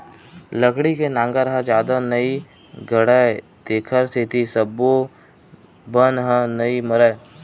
लकड़ी के नांगर ह जादा नइ गड़य तेखर सेती सब्बो बन ह नइ मरय